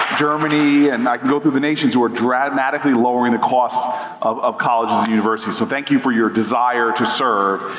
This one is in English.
germany, and i could go through the nations who are dramatically lowering the cost of of colleges and universities. so thank you for your desire to serve,